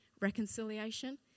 reconciliation